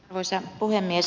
arvoisa puhemies